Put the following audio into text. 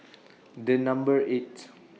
The Number eight